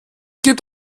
gibt